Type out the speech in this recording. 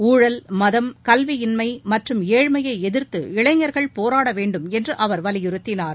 ஊழல் மதம் கல்வியின்மை மற்றும் ஏழ்மையை எதிர்த்து இளைஞர்கள் போராட வேண்டும் என்று அவர் வலியுறுத்தினார்